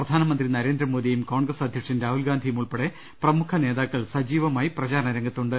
പ്രധാന മന്ത്രി നരേന്ദ്രമോദിയും കോൺഗ്രസ് അധൃക്ഷൻ രാഹുൽ ഗാന്ധിയും ഉൾപ്പെടെ പ്രമുഖ നേതാക്കൾ സജീവമായി പ്രചാരണരംഗത്തുണ്ട്